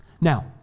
Now